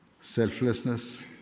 selflessness